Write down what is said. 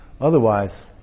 otherwise